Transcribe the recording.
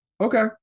Okay